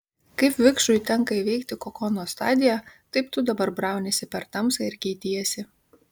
kaip vikšrui tenka įveikti kokono stadiją taip tu dabar brauniesi per tamsą ir keitiesi